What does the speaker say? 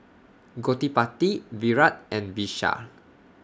Gottipati Virat and Vishal